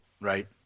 Right